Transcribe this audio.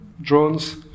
drones